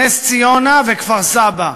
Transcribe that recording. נס-ציונה וכפר-סבא,